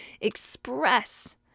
express